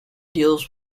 deals